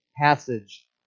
passage